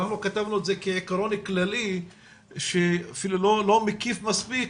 אנחנו כתבנו את זה כעקרון כללי אפילו לא מקיף מספיק,